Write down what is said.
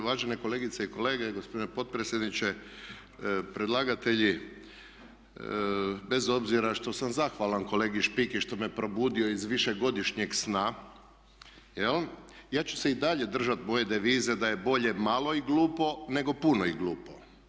Uvažene kolegice i kolege, gospodine potpredsjedniče predlagatelji bez obzira što sam zahvalan kolegi Špiki što me probudio iz višegodišnjeg sna, ja ću se i dalje držati moje devize da je bolje malo i glupo nego puno i glupo.